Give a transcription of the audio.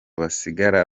bagasigara